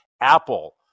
Apple